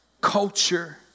culture